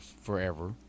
forever